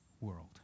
world